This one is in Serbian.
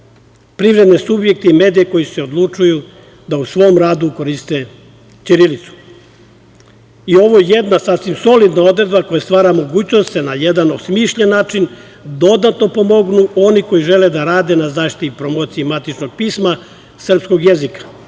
privredne subjekte i medije koji su se odlučili da u svom radu koriste ćirilicu. Ovo je jedna sasvim solidna odredba koja stvara mogućnost da se na jedan osmišljen način dodatno pomognu ono koji žele da rade na zaštiti i promociji matičnog pisma srpskog jezika,